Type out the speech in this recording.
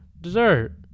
dessert